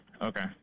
Okay